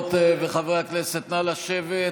חברות וחברי הכנסת, נא לשבת.